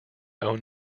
own